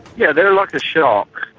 yeah they are like a shark,